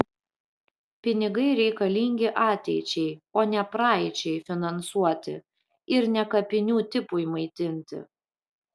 pinigai reikalingi ateičiai o ne praeičiai finansuoti ir ne kapinių tipui maitinti